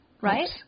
right